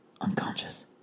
unconscious